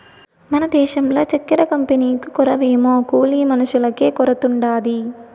మన దేశంల చక్కెర కంపెనీకు కొరవేమో కూలి మనుషులకే కొరతుండాది